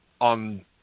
on